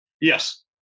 Yes